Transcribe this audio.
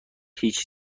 هیچ